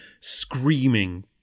screaming